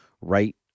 right